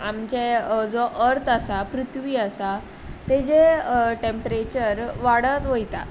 आमचें जो अर्थ आसा पृथ्वी आसा तेजेर टेमप्रेचर वाडत वयता